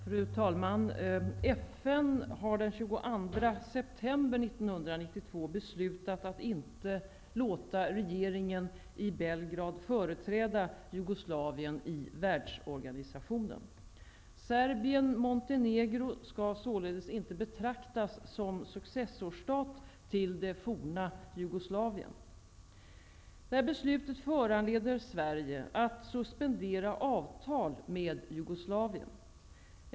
Fru talman! FN har den 22 september 1992 beslutat att inte låta regeringen i Belgrad företräda Jugoslavien i världsorganisationen. Serbien-Montenegro skall således inte betraktas som successorstat till det forna Jugoslavien. Detta beslut föranleder Sverige att suspendera avtal med Jugoslavien.